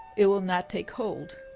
it will not take hold.